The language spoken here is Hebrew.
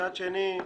מצד שני,